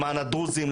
למען הדרוזים,